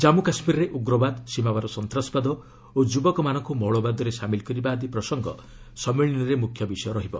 ଜାମ୍ମୁ କାଶ୍ମୀରରେ ଉଗ୍ରବାଦ ସୀମାପାର ସନ୍ତାସବାଦ ଓ ଯୁବକମାନଙ୍କୁ ମୌଳବାଦରେ ସାମିଲ କରିବା ଆଦି ପ୍ରସଙ୍ଗ ସମ୍ମିଳନୀରେ ମୁଖ୍ୟ ବିଷୟ ରହିବ